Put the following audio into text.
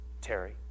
Terry